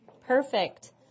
Perfect